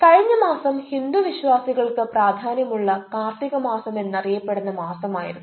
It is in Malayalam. കഴിഞ്ഞ മാസം ഹിന്ദു വിശ്വാസികൾക്ക് പ്രാധാന്യമുള്ള കാർത്തിക മാസം എന്നറിയപ്പെടുന്ന മാസം ആയിരുന്നു